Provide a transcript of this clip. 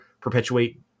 perpetuate